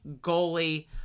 goalie